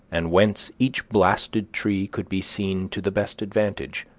and whence each blasted tree could be seen to the best advantage